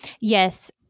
yes